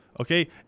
Okay